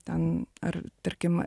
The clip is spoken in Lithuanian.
ten ar tarkim